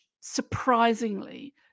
surprisingly